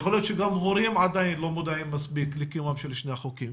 יכול להיות שגם הורים עדיין לא מודעים מספיק לקיומם של שני החוקים.